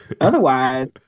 otherwise